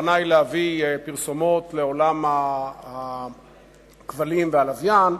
הכוונה היא להביא פרסומות לעולם הכבלים והלוויין,